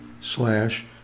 slash